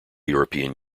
european